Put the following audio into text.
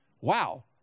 Wow